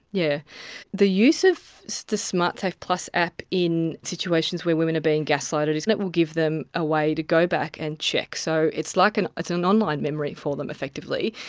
yeah the use of so the smartsafe plus app in situations where women are being gaslighted is and it will give them a way to go back and check. so it's like an it's an online memory for them, effectively.